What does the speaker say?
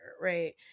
right